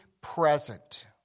present